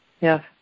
Yes